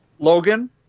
Logan